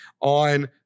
on